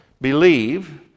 believe